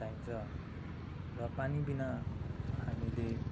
चाहिन्छ र पानी बिना हामीले